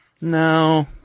No